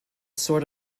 sort